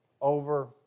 over